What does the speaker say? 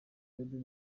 laden